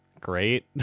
great